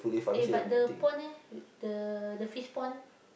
eh but the pond eh the the fish pond